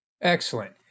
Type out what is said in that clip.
Excellent